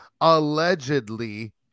allegedly